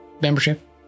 membership